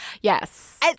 yes